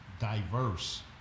diverse